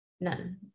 None